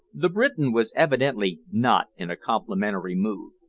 the briton was evidently not in a complimentary mood.